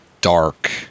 dark